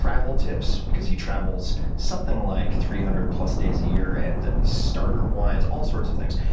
travel tips because he travels something like three hundred plus days a year, and starter wines, all sorts of things.